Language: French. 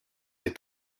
est